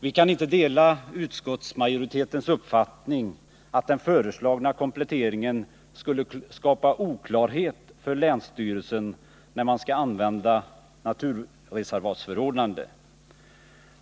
Vi kan inte dela utskottsmajoritetens uppfattning att den föreslagna kompletteringen skulle skapa oklarhet för länsstyrelsen om när man skall använda naturreservatsförordnande.